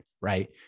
right